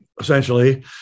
essentially